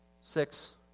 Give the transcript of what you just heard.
Six